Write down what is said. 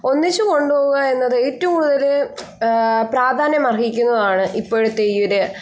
ഒന്നിച്ചു കൊണ്ടുപോവുക എന്നത് ഏറ്റവും കൂടുതൽ പ്രാധാന്യം അർഹിക്കുന്നതാണ് ഇപ്പോഴത്തെ ഈ ഒരു